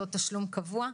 אותו תשלום קבוע.